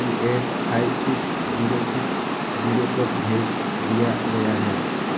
to eight five six zero six zero पर भेज दिया गया है